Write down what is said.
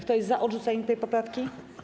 Kto jest za odrzuceniem 1. poprawki?